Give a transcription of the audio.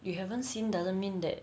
you haven't seen doesn't mean that